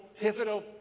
pivotal